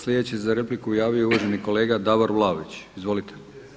Sljedeći se za repliku javio uvaženi kolega Davor Vlaović, izvolite.